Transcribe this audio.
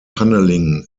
tunneling